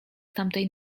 tamtej